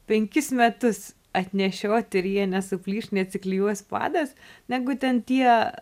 penkis metus atnešiot ir jie nesuplyš neatsiklijuos padas negu ten tie